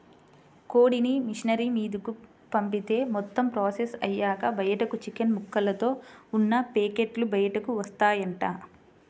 కోడిని మిషనరీ మీదకు పంపిత్తే మొత్తం ప్రాసెస్ అయ్యాక బయటకు చికెన్ ముక్కలతో ఉన్న పేకెట్లు బయటకు వత్తాయంట